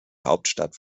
hauptstadt